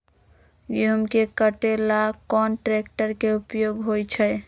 गेंहू के कटे ला कोंन ट्रेक्टर के उपयोग होइ छई?